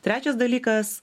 trečias dalykas